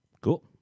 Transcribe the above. Cool